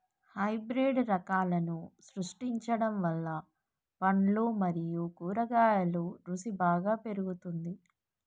hybrid రకాలను సృష్టించడం వల్ల పండ్లు మరియు కూరగాయల రుసి బాగా పెరుగుతుంది